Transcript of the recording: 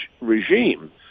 regime